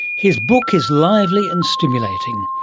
his book is lively and stimulating.